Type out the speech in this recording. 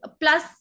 plus